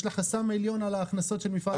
יש לה חסם עליון על ההכנסות של מפעל הפיס.